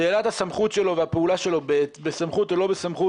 שאלת הסמכות שלו והפעולה שלו בסמכות או לא בסמכות